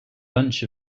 bunch